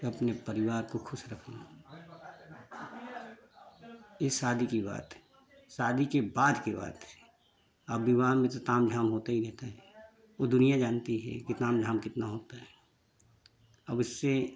अपने परिवार को खुश रखना ये शादी की बात है शादी के बाद की बात है अब विवाह में तो तामझाम होते ही रहते हैं वो दुनिया जानती है कि तामझाम कितना होता है अब इससे